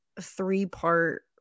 three-part